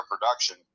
production